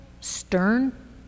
stern